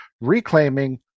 reclaiming